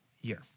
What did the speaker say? year